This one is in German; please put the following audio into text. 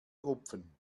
rupfen